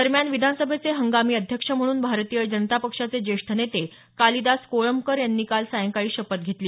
दरम्यान विधानसभेचे हंगामी अध्यक्ष म्हणून भारतीय जनता पक्षाचे ज्येष्ठ नेते कालिदास कोळंबकर यांनी काल सायंकाळी शपथ घेतली